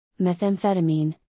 methamphetamine